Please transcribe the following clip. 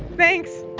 thanks